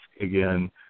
again